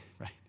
right